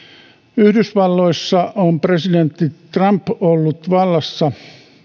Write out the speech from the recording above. yhdysvalloissa on presidentti trump ollut vallassa